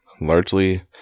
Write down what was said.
Largely